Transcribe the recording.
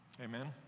Amen